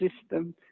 system